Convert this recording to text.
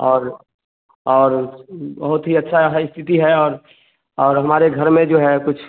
और और बहुत ही अच्छा है स्थिति है और और हमारे घर में जो है कुछ